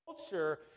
culture